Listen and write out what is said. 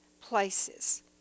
places